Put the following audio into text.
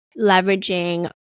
leveraging